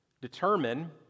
determine